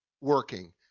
working